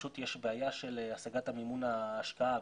פשוט יש בעיה של השגת מימון ההשקעה,